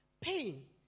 pain